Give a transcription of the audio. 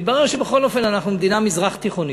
מתברר שבכל זאת אנחנו מדינה מזרח-תיכונית,